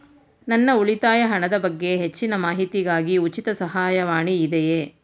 ನನ್ನ ಉಳಿತಾಯ ಹಣದ ಬಗ್ಗೆ ಹೆಚ್ಚಿನ ಮಾಹಿತಿಗಾಗಿ ಉಚಿತ ಸಹಾಯವಾಣಿ ಇದೆಯೇ?